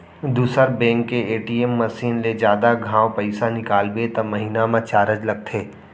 दूसर बेंक के ATM machine ले जादा घांव पइसा निकालबे त महिना म चारज लगथे